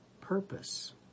purpose